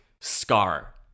scar